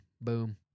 Boom